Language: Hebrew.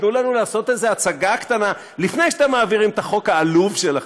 תנו לנו לעשות איזו הצגה קטנה לפני שאתם מעבירים את החוק העלוב שלכם,